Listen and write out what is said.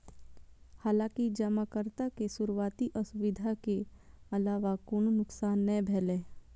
हालांकि जमाकर्ता के शुरुआती असुविधा के अलावा कोनो नुकसान नै भेलै